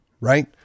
right